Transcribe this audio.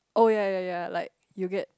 oh ya ya ya ya like you get